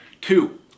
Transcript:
Two